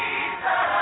Jesus